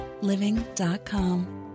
living.com